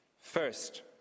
First